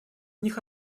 них